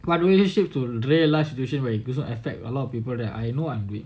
but relationships to real life solution where the person affect a lot of people that I know I am with